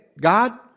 God